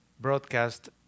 broadcast